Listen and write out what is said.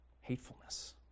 hatefulness